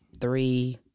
three